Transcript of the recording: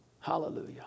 Hallelujah